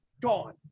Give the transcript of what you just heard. gone